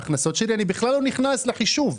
ההכנסות שלי אני בכלל לא נכנס לחישוב.